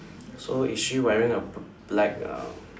so is she wearing a b~ black uh